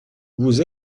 vous